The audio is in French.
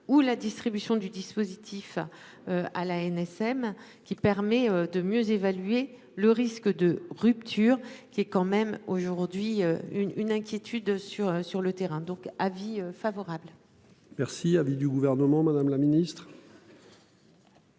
ou la distribution du dispositif. À l'ANSM qui permet de mieux évaluer le risque de rupture qui est quand même aujourd'hui une une inquiétude sur sur le terrain, donc avis favorable. La. Merci à vie du gouvernement. Madame la ministre.--